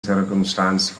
circumstance